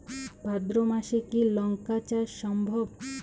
ভাদ্র মাসে কি লঙ্কা চাষ সম্ভব?